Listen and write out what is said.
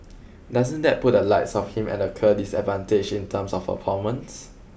doesn't that put a lights of him at a clear disadvantage in terms of performance